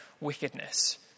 wickedness